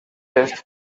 est